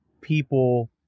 people